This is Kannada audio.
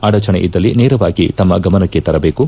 ಅಡಚಣೆ ಇದ್ದಲ್ಲಿ ನೇರವಾಗಿ ತಮ್ಮ ಗಮನಕ್ಕೆ ತರಬೇಕು